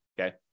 Okay